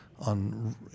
on